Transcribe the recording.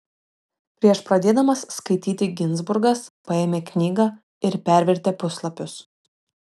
prieš pradėdamas skaityti ginzburgas paėmė knygą ir pervertė puslapius